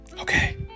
okay